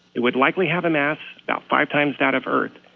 it would likely have a mass about five times that of earth,